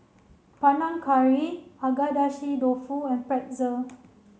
Panang Curry Agedashi Dofu and Pretzel